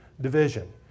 division